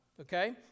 okay